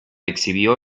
exhibió